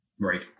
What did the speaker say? Right